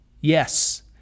yes